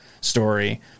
story